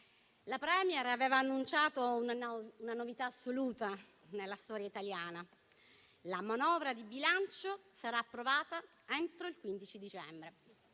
la *Premier* aveva annunciato una novità assoluta nella storia italiana: la manovra di bilancio sarà approvata entro il 15 dicembre.